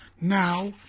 Now